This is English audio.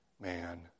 man